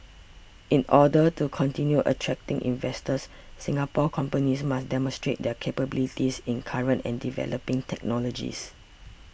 in order to continue attracting investors Singapore companies must demonstrate their capabilities in current and developing technologies